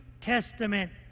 Testament